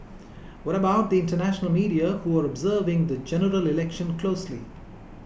what about the international media who are observing the G E closely